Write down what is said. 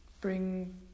Bring